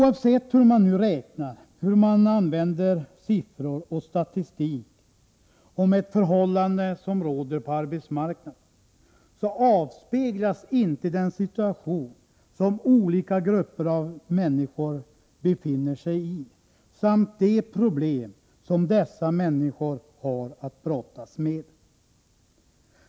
Oavsett hur man räknar, hur man använder siffror och statistik om ett förhållande som råder på arbetsmarknaden, avspeglas inte den situation som olika grupper av människor befinner sig i samt de problem som dessa människor har att brottas med.